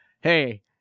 Hey